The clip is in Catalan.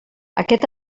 aquest